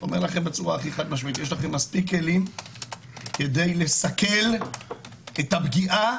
יש לכם מספיק כלים כדי לסכל את הפגיעה